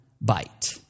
bite